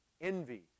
envy